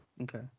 Okay